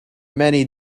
many